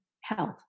health